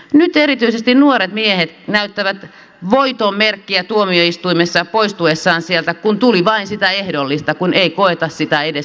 nyt erityisesti nuoret miehet näyttävät voiton merkkiä tuomioistuimessa poistuessaan sieltä kun tuli vain sitä ehdollista kun ei koeta sitä edes rangaistuksena